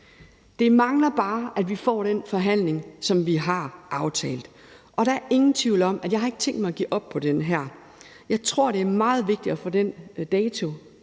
Vi mangler bare, at vi får den forhandling, som vi har aftalt. Og der er ingen tvivl om, at jeg ikke har tænkt mig at give op på det her. Jeg tror, det er meget vigtigt at få den dato